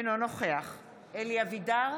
אינו נוכח אלי אבידר,